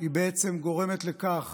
בעצם גורמת לכך